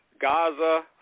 Gaza